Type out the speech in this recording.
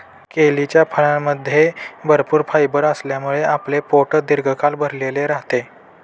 केळीच्या फळामध्ये भरपूर फायबर असल्यामुळे आपले पोट दीर्घकाळ भरलेले राहते